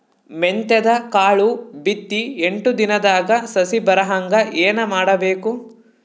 ಮೆಂತ್ಯದ ಕಾಳು ಬಿತ್ತಿ ಎಂಟು ದಿನದಾಗ ಸಸಿ ಬರಹಂಗ ಏನ ಮಾಡಬೇಕು?